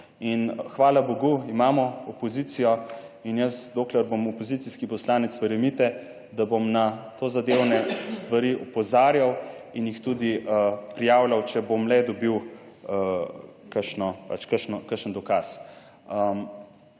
in hvala bogu imamo opozicijo in jaz, dokler bom opozicijski poslanec, verjemite, da bom na tozadevne stvari opozarjal in jih tudi prijavljal, če bom le dobil kakšno